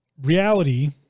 reality